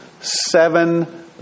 seven